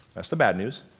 that's the bad news.